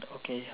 okay